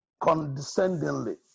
condescendingly